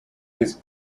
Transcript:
his